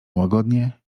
łagodnie